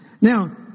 Now